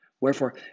Wherefore